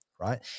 right